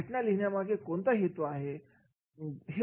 घटना लिहिण्यामागे हेतू कोणता आहे